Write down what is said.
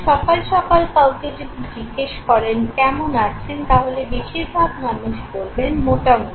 সকাল সকাল কাউকে যদি জিজ্ঞেস করেন কেমন আছেন তাহলে বেশিরভাগ মানুষ বলবেন মোটামুটি